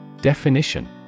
Definition